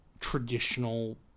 traditional